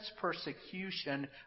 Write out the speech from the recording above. persecution